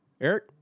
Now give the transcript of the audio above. Eric